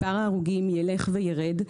מספר ההרוגים ילך וירד,